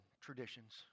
traditions